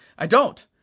i don't,